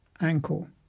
ankle